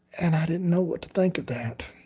and i didn't know what to think of that.